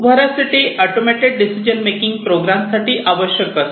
veracity automated decision making program साठी आवश्यक असते